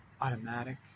automatic